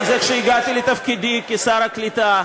כשהגעתי לתפקידי כשר העלייה והקליטה,